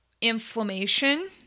inflammation